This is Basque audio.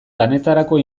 lanetarako